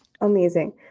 amazing